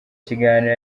kiganiro